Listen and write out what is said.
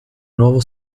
nuovo